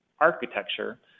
architecture